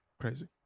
Crazy